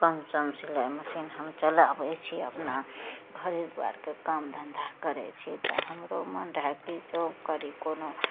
कमसम सिलाइ मशीन हम चलाबय छी अपना घरे दुआरिके काम धन्धा करय छी तऽ हमरो मन रहय कि जॉब करी कोनो